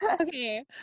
Okay